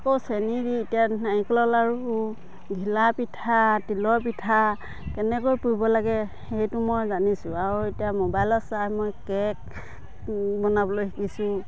আকৌ চেনী দি এতিয়া নাৰিকলৰ লাড়ু ঘিলা পিঠা তিলৰ পিঠা কেনেকৈ পুৰিব লাগে সেইটো মই জানিছোঁ আৰু এতিয়া ম'বাইলত চাই মই কেক বনাবলৈ শিকিছোঁ